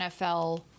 NFL